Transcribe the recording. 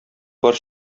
бар